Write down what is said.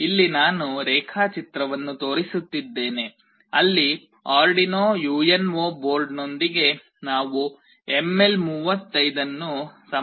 ಇಲ್ಲಿ ನಾನು ರೇಖಾಚಿತ್ರವನ್ನು ತೋರಿಸುತ್ತಿದ್ದೇನೆ ಅಲ್ಲಿ ಆರ್ರ್ಡಿನೊ ಯುಎನ್ಒ ಬೋರ್ಡ್ನೊಂದಿಗೆ ನಾವು ಎಲ್ಎಂ 35 ಅನ್ನು ಸಂಪರ್ಕಿಸಲು ಪ್ರಯತ್ನಿಸುತ್ತಿದ್ದೇವೆ